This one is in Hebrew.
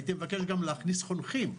הייתי מבקש להכניס גם חונכים.